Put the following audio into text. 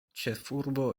ĉefurbo